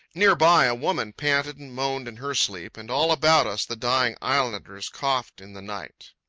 near by, a woman panted and moaned in her sleep, and all about us the dying islanders coughed in the night.